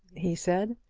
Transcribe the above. he said.